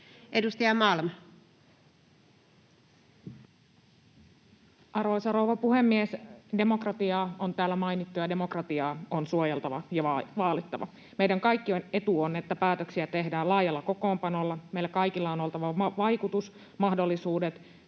Edustaja Malm. Arvoisa rouva puhemies! Demokratia on täällä mainittu, ja demokratiaa on suojeltava ja vaalittava. Meidän kaikkien etu on, että päätöksiä tehdään laajalla kokoonpanolla. Meillä kaikilla on oltava vaikutusmahdollisuudet